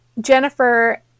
Jennifer